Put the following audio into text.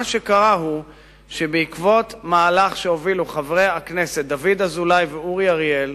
ומה שקרה הוא שבעקבות מהלך שהובילו חברי הכנסת דוד אזולאי ואורי אריאל,